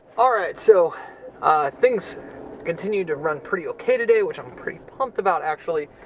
all right, so things continue to run pretty okay today, which i'm pretty pumped about actually.